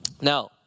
Now